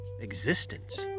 existence